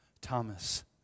Thomas